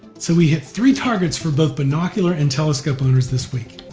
so we hit three targets for both binocular and telescope owners this week.